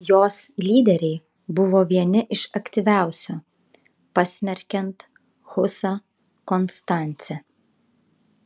jos lyderiai buvo vieni iš aktyviausių pasmerkiant husą konstance